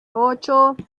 ocho